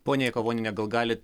ponia jakavoniene gal galit